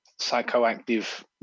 psychoactive